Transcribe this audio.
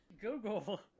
Google